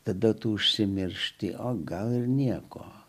tada tu užsimiršti o gal ir nieko